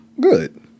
Good